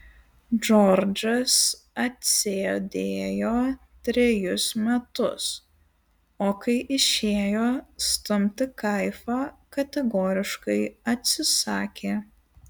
džordžas atsėdėjo trejus metus o kai išėjo stumti kaifą kategoriškai atsisakė